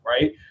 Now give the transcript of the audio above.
right